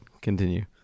continue